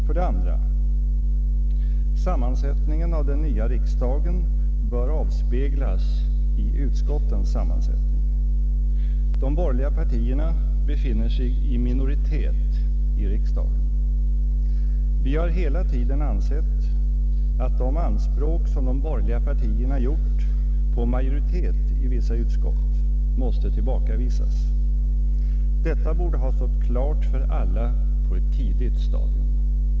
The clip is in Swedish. För det andra: Sammansättningen av den nya riksdagen bör avspeglas i utskottens sammansättning. De borgerliga partierna befinner sig i minoritet i riksdagen. Vi har hela tiden ansett att de anspråk som de borgerliga partierna gjort på majoritet i vissa utskott måste tillbakavisas. Detta borde ha stått klart för alla på ett tidigt stadium.